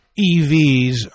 EVs